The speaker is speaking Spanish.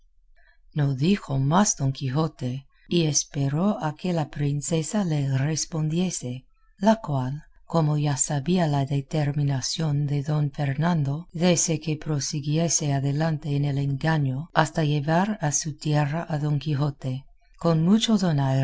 no dijo más don quijote y esperó a que la princesa le respondiese la cual como ya sabía la determinación de don fernando de que se prosiguiese adelante en el engaño hasta llevar a su tierra a don quijote con mucho